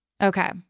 okay